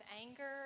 anger